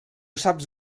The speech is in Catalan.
saps